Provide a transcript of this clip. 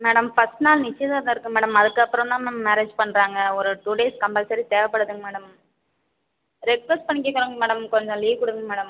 madam first நாள் நிச்சயதார்த்தம் இருக்கு மேடம் அதுக்கப்பறந்தான் மேம் மேரேஜ் பண்ணுறாங்க ஒரு டூ டேஸ் கம்பல்சரி தேவைப்படுது மேடம் ரெக்வொஸ்ட் பண்ணி கேட்குறாங்க மேடம் கொஞ்சம் லீவ் கொடுங்க மேடம்